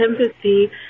empathy